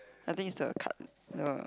I think it's the card the